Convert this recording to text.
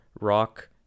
Rock